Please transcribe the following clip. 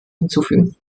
hinzufügen